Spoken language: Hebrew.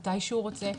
מתי שהוא רוצה,